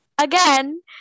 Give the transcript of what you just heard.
again